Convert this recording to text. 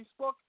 Facebook